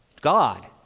God